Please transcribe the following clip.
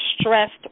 stressed